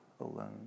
alone